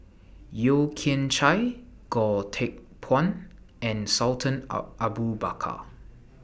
Yeo Kian Chye Goh Teck Phuan and Sultan A Abu Bakar